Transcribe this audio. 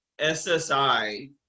SSI